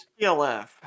PLF